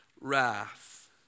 wrath